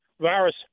virus